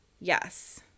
Yes